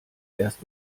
erst